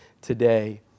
today